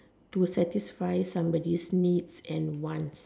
to satisfy somebody's needs and wants